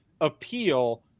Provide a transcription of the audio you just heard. appeal